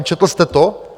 Četl jste to?